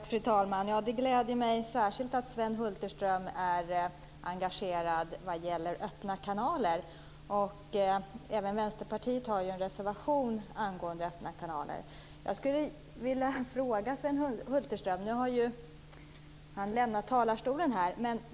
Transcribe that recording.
Fru talman! Det gläder mig särskilt att Sven Hulterström är engagerad vad gäller öppna kanaler. Vänsterpartiet har ju avgivit en reservation om öppna kanaler.